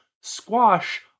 Squash